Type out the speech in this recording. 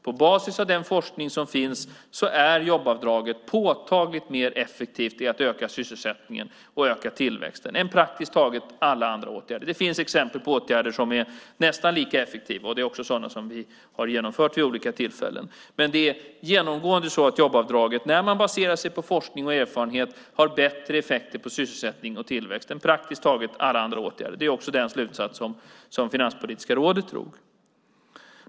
På basis av den forskning som finns är jobbavdraget påtagligt mer effektivt i att öka sysselsättningen och tillväxten än praktiskt taget alla andra åtgärder. Det finns exempel på åtgärder som är nästan lika effektiva. Det är också sådana som vi har genomfört vid olika tillfällen. Men det är genomgående så att jobbavdraget, när man baserar sig på forskning och erfarenhet, har bättre effekter på sysselsättning och tillväxt än praktiskt taget alla andra åtgärder. Det är också den slutsats som Finanspolitiska rådet drog.